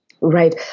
Right